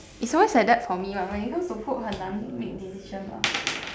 is always like that for me [one] when it comes to food 很难 make decision lor